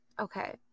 Okay